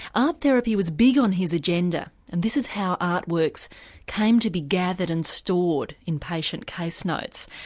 art therapy was big on his agenda and this is how artworks came to be gathered and stored in patient case notes.